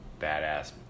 badass